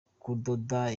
kudoda